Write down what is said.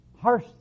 harsh